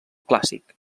clàssic